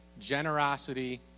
generosity